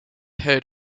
head